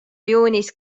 juunis